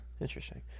interesting